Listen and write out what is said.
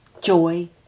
joy